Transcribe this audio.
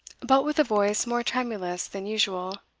but with a voice more tremulous than usual,